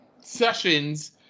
sessions